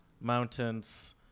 mountains